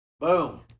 Boom